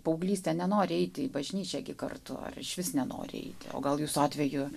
paauglystė nenori eiti į bažnyčią gi kartu ar išvis nenori eiti o gal jūsų atveju